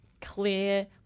clear